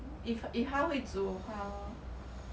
改次那个什么 husband or boyfriend ah